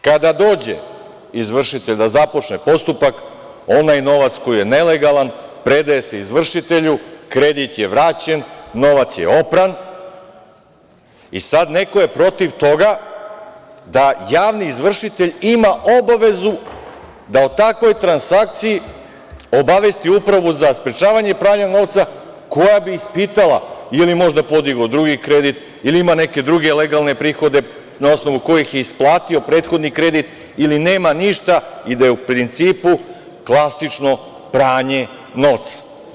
Kada dođe izvršitelj da započne postupak, onaj novac koji je nelegalan predaje se izvršitelju, kredit je vraćen, novac je opran i sada neko je protiv toga da javni izvršitelj ima obavezu da o takvoj transakciji obavesti Upravu za sprečavanje pranje novca, koja bi ispitala, ili je možda podigao drugi kredit, ili ima neke druge legalne prihode, na osnovu kojih je isplatio prethodni kredit, ili nema ništa i da je u principu klasično pranje novca.